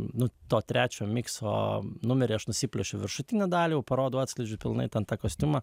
nu to trečio mikso numerį aš nusipiešiau viršutinę dalį jau parodau atskleidžiu pilnai ten tą kostiumą